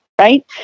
right